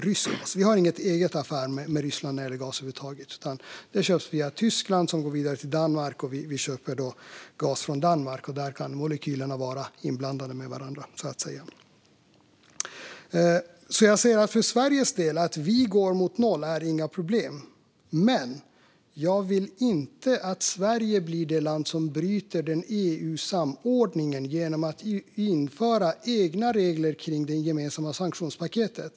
Vi har över huvud taget inga egna affärer med Ryssland när det gäller gas, utan gasen köps via Tyskland och går vidare till Danmark. Vi köper gas från Danmark, och där kan molekylerna vara inblandade med varandra. Det är inga problem för oss i Sverige att vi går mot noll, men jag vill inte att Sverige blir det land som bryter EU-samordningen genom att införa egna regler kring det gemensamma sanktionspaketet.